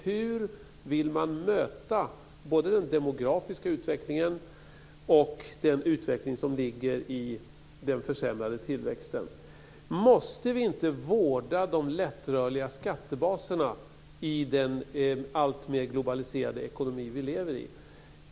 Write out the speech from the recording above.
Hur vill man möta både den demografiska utvecklingen och den utveckling som ligger i den försämrade tillväxten? Måste vi inte vårda de lättrörliga skattebaserna i den alltmer globaliserade ekonomi vi lever i?